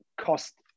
cost